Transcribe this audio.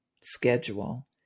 schedule